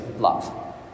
love